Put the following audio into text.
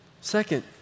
Second